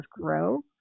grow